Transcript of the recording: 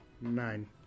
nine